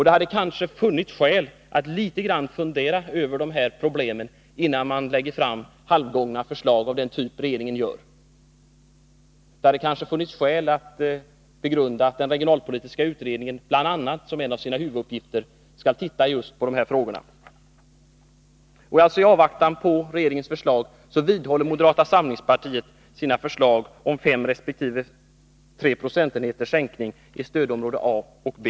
Det hade kanske funnits skäl att litet grand fundera över de här problemen innan man lade fram halvgångna förslag av den typ som regeringen presenterar. Man skulle kanske ha begrundat att den regionalpolitiska utredningen bl.a., som en av sina huvuduppgifter, skall se på just de här frågorna. I avvaktan på regeringens förslag vidhåller moderata samlingspartiet sina förslag om 3 resp. 5 procentenheters sänkning i stödområdena A och B.